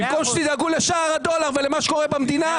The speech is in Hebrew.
במקום שתדאגו לשער הדולר ולמה שקורה במדינה,